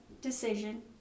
decision